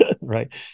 right